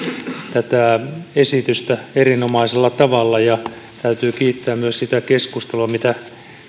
tätä esitystä erinomaisella tavalla ja täytyy kiittää myös sitä keskustelua mitä